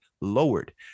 lowered